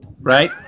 Right